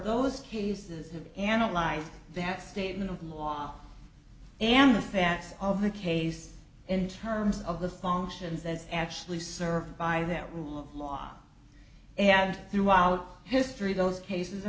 those cases of analyze that statement of law and the facts of the case in terms of the functions as actually served by that rule of law and throughout history those cases